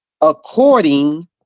according